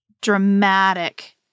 dramatic